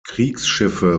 kriegsschiffe